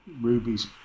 Ruby's